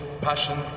passion